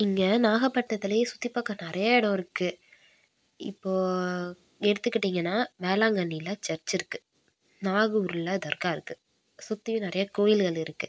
இங்கே நாகபட்டினத்தில் சுற்றிப் பார்க்க நிறைய எடம் இருக்குது இப்போது எடுத்துக்கிட்டிங்கனால் வேளாங்கண்ணியில் சர்ச் இருக்குது நாகூரில் தர்கா இருக்குது சுற்றியும் நிறைய கோயில்கள் இருக்குது